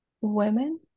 women